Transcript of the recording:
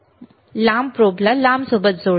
आणि लांब प्रोब लांब सोबत जोडला जातो